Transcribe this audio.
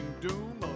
doom